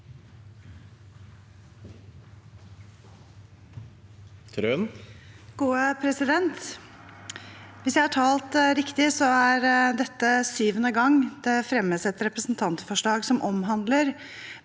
(komiteens leder): Hvis jeg har talt riktig, er dette syvende gang det fremmes et representantforslag som omhandler